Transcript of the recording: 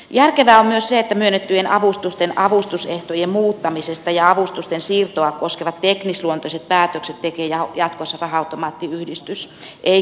järkevää on myös se että myönnettyjen avustusten avustusehtojen muuttamista ja avustusten siirtoa koskevat teknisluontoiset päätökset tekee jatkossa raha automaattiyhdistys eikä ministeriö